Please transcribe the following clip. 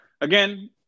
again